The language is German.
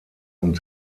und